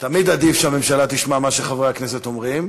תמיד עדיף שהממשלה תשמע מה שחברי הכנסת אומרים,